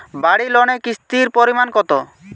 বাড়ি লোনে কিস্তির পরিমাণ কত?